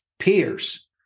peers